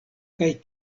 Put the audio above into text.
kaj